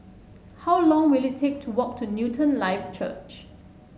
how long will it take to walk to Newton Life Church